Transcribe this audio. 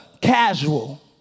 casual